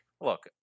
Look